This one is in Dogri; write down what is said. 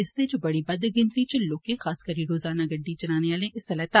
इसदे च बड़ी बद्द गिनतरी च लोकें खास करी रोजाना गड्डी चलाने आले हिस्सा लैता